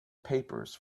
papers